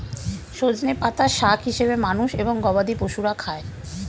সজনে পাতা শাক হিসেবে মানুষ এবং গবাদি পশুরা খায়